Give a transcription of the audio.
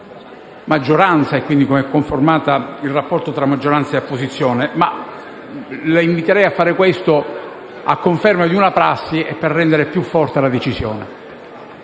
maggioranza e quindi per il rapporto tra maggioranza e opposizione esistente: la inviterei però a fare questo a conferma di una prassi e per rendere più forte la decisione.